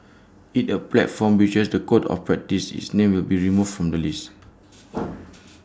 if A platform breaches the code of practice its name will be removed from the list